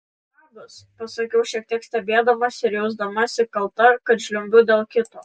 labas pasakiau šiek tiek stebėdamasi ir jausdamasi kalta kad žliumbiu dėl kito